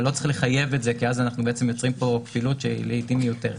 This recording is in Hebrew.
לא צריך לחייב את זה כי אז יוצרים כפילות שהיא לעיתים מיותרת.